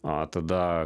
o tada